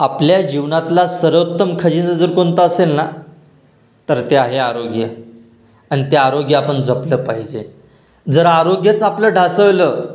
आपल्या जीवनातला सर्वोत्तम खजिना जर कोणता असेल ना तर ते आहे आरोग्य आणि त्या आरोग्य आपण जपलं पाहिजे जर आरोग्यच आपलं ढासळलं